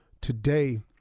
today